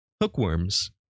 hookworms